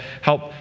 help